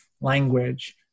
language